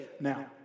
now